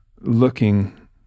looking